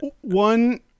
one